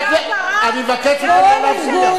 אלה שמסיתים על דעת הרב?